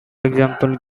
example